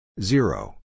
zero